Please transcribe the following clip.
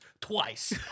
twice